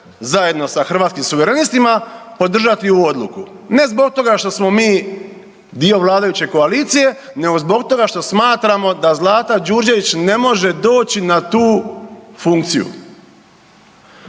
zajedno sa Hrvatskim suverenistima podržati ovu odluku, ne zbog toga što smo mi dio vladajuće koalicije nego zbog toga što smatramo da Zlata Đurđević ne može doći na tu funkciju.